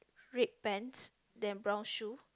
red pants then brown shoes